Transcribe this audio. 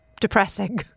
depressing